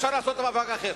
אפשר לעשות את המאבק האחר.